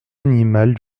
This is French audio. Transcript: animal